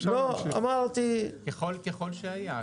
ככל שהיה.